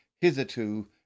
hitherto